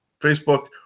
Facebook